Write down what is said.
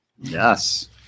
Yes